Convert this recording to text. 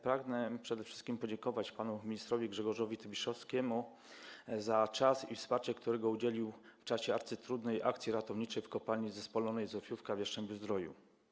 Pragnę przede wszystkim podziękować panu ministrowi Grzegorzowi Tobiszowskiemu za czas, za wsparcie, którego udzielił w trakcie arcytrudnej akcji ratowniczej w kopalni zespolonej Zofiówka w Jastrzębiu-Zdroju.